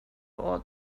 old